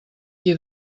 qui